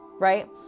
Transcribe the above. Right